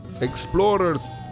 explorers